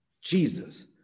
jesus